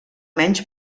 menys